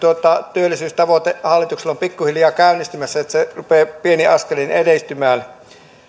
työllisyystavoite hallituksella on pikkuhiljaa käynnistymässä se rupeaa pienin askelin edistymään